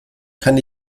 kann